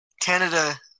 Canada